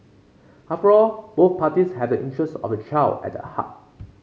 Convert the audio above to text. after all both parties have the interests of the child at heart